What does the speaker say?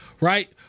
right